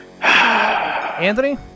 Anthony